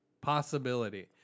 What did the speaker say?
possibility